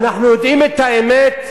אנחנו יודעים את האמת.